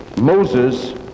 Moses